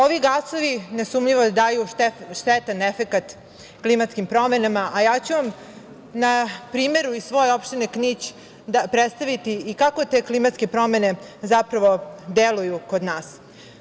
Ovi gasovi nesumnjivo daju štetan efekat klimatskim promenama, a ja ću vam na primeru svoje opštine Knić, predstaviti kako te klimatske promene zapravo deluju kod nas.